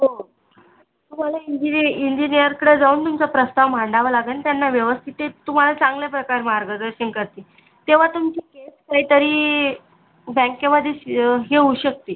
हो तुम्हाला इंजिनी इंजिनीयरकडं जाऊन तुमचा प्रस्ताव मांडावा लागंन त्यांना व्यवस्थित ते तुम्हाला चांगल्या प्रकारे मार्गदर्शन करतील तेव्हा तुमची केस काहीतरी बँकेमध्येच हे होऊ शकते